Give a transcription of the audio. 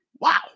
Wow